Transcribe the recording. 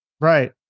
right